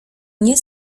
nie